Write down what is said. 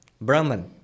Brahman